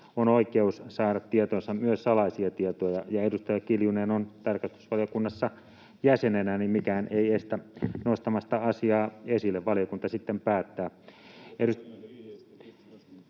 on oikeus saada tietoonsa myös salaisia tietoja, ja edustaja Kiljunen on tarkastusvaliokunnassa jäsenenä, niin mikään ei estä nostamasta asiaa esille. Valiokunta sitten päättää.